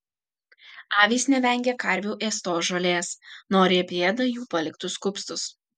avys nevengia karvių ėstos žolės noriai apėda jų paliktus kupstus